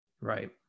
Right